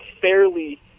fairly